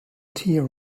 tea